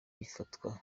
bifatwa